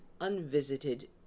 unvisited